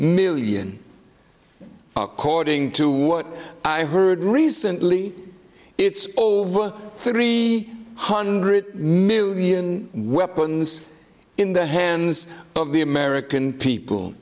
million according to what i heard recently it's over three hundred million weapons in the hands of the american people